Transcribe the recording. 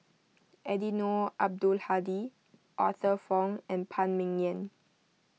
Eddino Abdul Hadi Arthur Fong and Phan Ming Yen